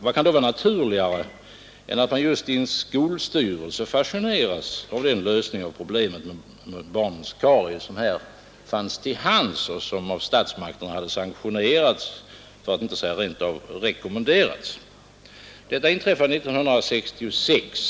Vad kan då vara naturligare än att man just i en skolstyrelse fascineras av den lösning av problemet med barnens karies som här fanns till hands och som av statsmakterna sanktionerats, för att inte säga rent av rekommenderats. Detta inträffade 1966.